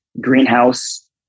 greenhouse